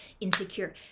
insecure